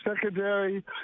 secondary